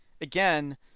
again